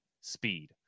speed